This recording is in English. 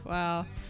Wow